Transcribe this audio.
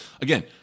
again